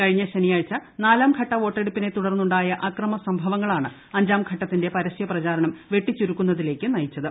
കഴിഞ്ഞ ശനിയാഴ്ച നാലാംഘട്ട വോട്ടെടുപ്പിനെ തുടർന്നുണ്ടായ അക്രമസംഭവങ്ങളാണ് അഞ്ചാംഘട്ടത്തിന്റെ പരസൃപ്രചരണം വെട്ടിച്ചുരുക്കുന്നതിലേയ്ക്ക് നയിച്ചത്